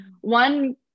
one